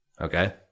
Okay